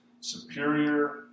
superior